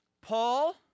Paul